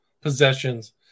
possessions